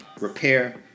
repair